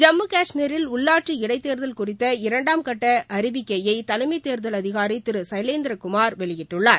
ஜம்மு காஷ்மீரில் உள்ளாட்சி இடைத்தேர்தல் குறித்த இரண்டாம் கட்ட அறிவிக்கையை தலைமை தேர்தல் அதிகாரி திரு சைலேந்திர குமார் வெளியிட்டுள்ளார்